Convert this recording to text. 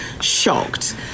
shocked